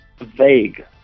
vague